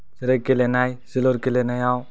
जेरै गेलेनाय जोलुर गेलेनायाव